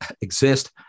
exist